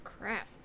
crap